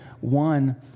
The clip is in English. one